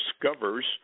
Discover's